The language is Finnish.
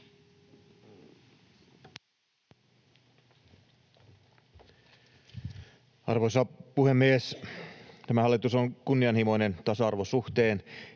Arvoisa puhemies! Tämä hallitus on kunnianhimoinen tasa-arvon suhteen,